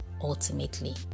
ultimately